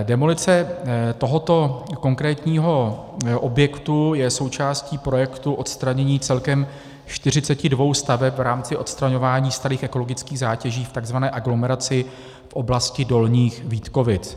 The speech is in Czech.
Demolice tohoto konkrétního objektu je součástí projektu odstranění celkem 42 staveb v rámci odstraňování starých ekologických zátěží v tzv. aglomeraci v oblasti Dolních Vítkovic.